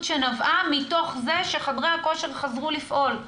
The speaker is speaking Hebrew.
שנבעה מתוך זה שחדרי הכושר חזרו לפעול.